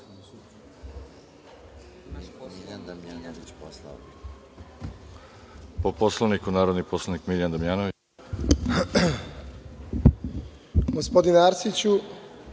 Poslovniku, narodni poslanik Miljan Damjanović.